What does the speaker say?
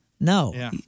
No